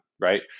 Right